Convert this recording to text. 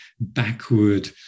backward